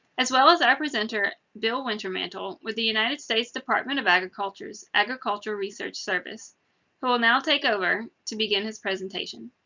as well as our presenter bill wintermantel with the united states department of agriculture's agriculture research service who will now take over to begin his presentation.